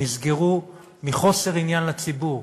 נסגרו מחוסר עניין לציבור,